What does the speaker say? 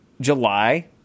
July